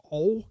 og